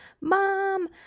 mom